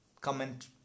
Comment